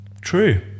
true